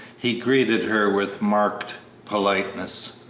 he greeted her with marked politeness.